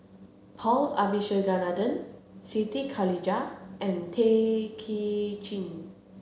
Paul Abisheganaden Siti Khalijah and Tay Kay Chin